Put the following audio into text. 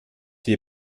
wir